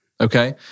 Okay